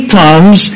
times